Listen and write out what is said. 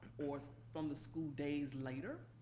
or from the school days later,